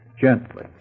Gently